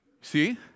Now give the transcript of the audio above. See